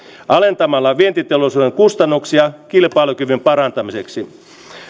alentamalla vientiteollisuuden kustannuksia kilpailukyvyn parantamiseksi